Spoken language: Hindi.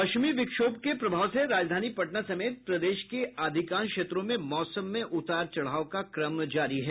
पश्चिम विक्षोभ के प्रभाव से राजधानी पटना समेत प्रदेश के अधिकांश क्षेत्रों में मौसम में उतार चढ़ाव का क्रम जारी है